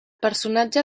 personatge